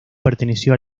perteneció